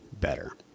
better